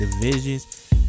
divisions